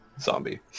zombie